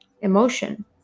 emotion